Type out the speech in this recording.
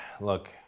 Look